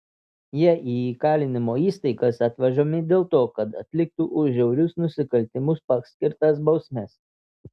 jie į įkalinimo įstaigas atvežami dėl to kad atliktų už žiaurius nusikaltimus paskirtas bausmes